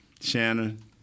Shannon